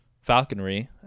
falconry